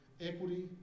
equity